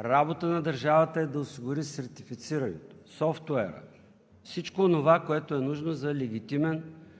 Работа на държавата е да осигури сертифицирането, софтуера – всичко онова, което е нужно за легитимен